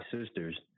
sisters